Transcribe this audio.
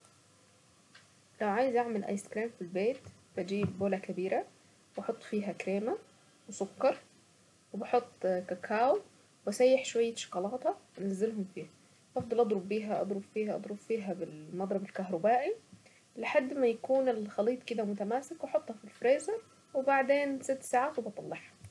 لو عايزة اعمل ايس كريم في البيت بجيب بولة كبيرة واحط فيها كريمة وسكر وبحط كاكاو واسيح شوية شوكولاتة وانزلهم فيها وافضل اضرب بها اضرب بها اضرب بها بالمضرب الكهربائي لحد ما يكون الخليط كده متماسك واحطه في الفريزر ست ساعات وبطلعها.